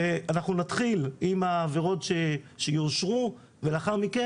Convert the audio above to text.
ואנחנו נתחיל עם העבירות שיאושרו ולאחר מכן